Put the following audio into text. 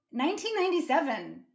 1997